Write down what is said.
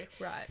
Right